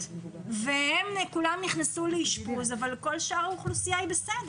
והם כולם נכנסו לאשפוז אבל כל שאר האוכלוסייה היא בסדר?